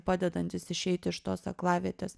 padedantis išeiti iš tos aklavietės